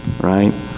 right